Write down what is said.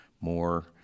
more